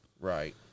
Right